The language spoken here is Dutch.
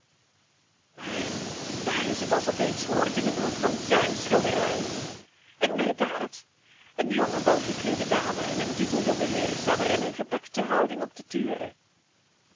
maar daar is het alsof hij iets hoort in den hoek van zijne schilderij inderdaad eene jonge welgekleede dame en een dito jonge heer staan er in eene gebukte houding op te turen